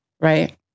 right